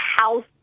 house